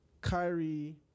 Kyrie